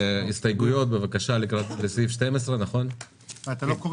על הסתייגויות לסעיף 12. אתה לא קורא